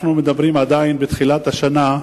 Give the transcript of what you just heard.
אנחנו מדברים עדיין על תחילת השנה,